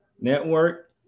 Network